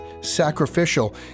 sacrificial